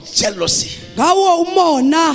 jealousy